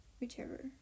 Whichever